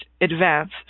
advanced